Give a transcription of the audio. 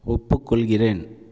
ஒப்புக்கொள்கிறேன்